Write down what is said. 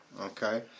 Okay